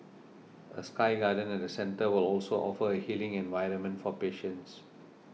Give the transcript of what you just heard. a sky garden at the centre will also offer a healing environment for patients